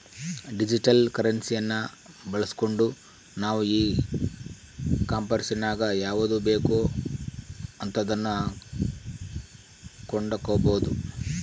digital ಕರೆನ್ಸಿಯನ್ನ ಬಳಸ್ಗಂಡು ನಾವು ಈ ಕಾಂಮೆರ್ಸಿನಗ ಯಾವುದು ಬೇಕೋ ಅಂತದನ್ನ ಕೊಂಡಕಬೊದು